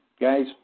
Guys